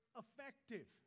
effective